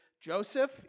Joseph